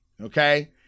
okay